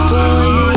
Boy